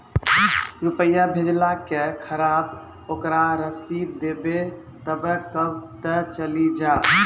रुपिया भेजाला के खराब ओकरा रसीद देबे तबे कब ते चली जा?